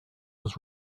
was